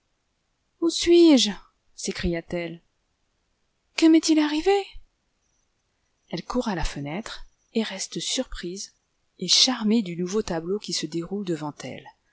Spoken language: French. où suis-je sécrie t elle que m'est-il arrivé elle court à la fenêtre et reste surprise et charmée du nouveau tableau qui se déroule devant elle